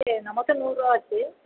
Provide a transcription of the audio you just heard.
சரிண்ணா மொத்தம் நூறுவா ஆச்சு